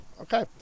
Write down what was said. Okay